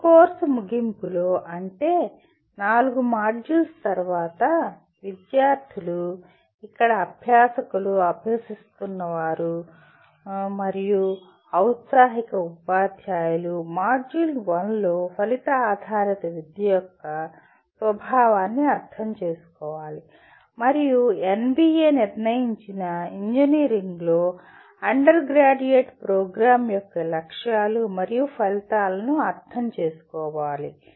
ఈ కోర్సు ముగింపులో అంటే 4 మాడ్యూల్స్ తరువాత విద్యార్థులు ఇక్కడ అభ్యాసకులు అభ్యసిస్తున్నారు మరియు ఔత్సాహిక ఉపాధ్యాయులు మాడ్యూల్ 1 లో ఫలిత ఆధారిత విద్య యొక్క స్వభావాన్ని అర్థం చేసుకోవాలి మరియు NBA నిర్ణయించిన ఇంజనీరింగ్లో అండర్ గ్రాడ్యుయేట్ ప్రోగ్రామ్ యొక్క లక్ష్యాలు మరియు ఫలితాలను అర్థం చేసుకోవాలి